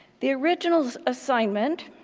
the original assignment